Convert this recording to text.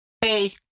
Hey